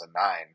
2009